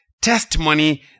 testimony